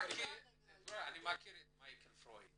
אני מכיר את מייקל פרוינד.